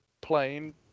plane